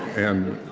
and